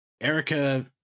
erica